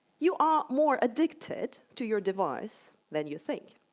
you are more addicted to your device than you think.